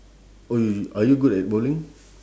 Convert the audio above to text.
oh y~ are you good at bowling